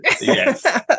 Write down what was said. yes